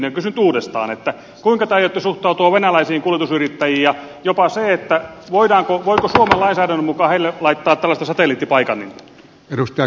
kysyn nyt uudestaan kuinka te aiotte suhtautua venäläisiin kuljetusyrittäjiin ja jopa siihen voiko suomen lainsäädännön mukaan heille laittaa tällaista satelliittipaikanninta